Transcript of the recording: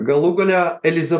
galų gale eliza